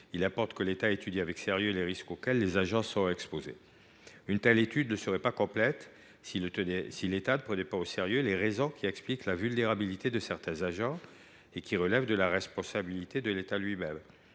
Il importe que l’État étudie avec sérieux les risques auxquels ces derniers sont exposés. Une telle étude ne serait pas complète si l’État ne prenait pas au sérieux les raisons qui expliquent la vulnérabilité de certains agents, notamment lorsqu’elles relèvent de sa propre responsabilité. Le niveau de